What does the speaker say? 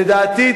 לדעתי,